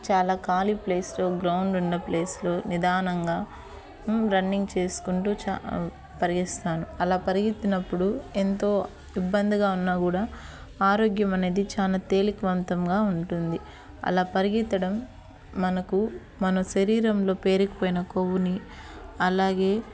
చాలా ఖాళీ ప్లేస్లో గ్రౌండ్ ఉన్నప్లేస్లో నిదానంగా రన్నింగ్ చేసుకుంటూ పరిగెడతాను అలా పరిగెత్తినప్పుడు ఎంతో ఇబ్బందిగా ఉన్నా కూడా ఆరోగ్యం అనేది చాలా తేలికవంతంగా ఉంటుంది అలా పరిగెత్తడం మనకు మన శరీరంలో పేరుకుపోయిన కొవ్వుని అలాగే